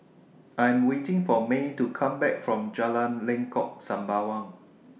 I Am waiting For Mae to Come Back from Jalan Lengkok Sembawang